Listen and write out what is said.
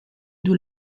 due